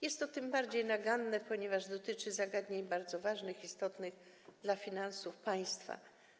Jest to tym bardziej naganne, że dotyczy zagadnień bardzo ważnych, istotnych dla finansów państwa.